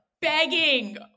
begging